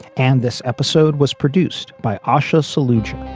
and this episode was produced by ah asia solution.